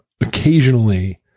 occasionally